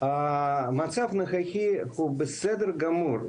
המצב הנוכחי הוא בסדר גמור,